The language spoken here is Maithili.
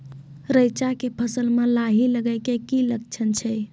रैचा के फसल मे लाही लगे के की लक्छण छै?